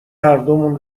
هردومون